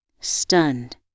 Stunned